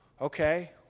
okay